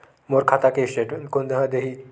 मोर खाता के स्टेटमेंट कोन ह देही?